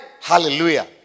Hallelujah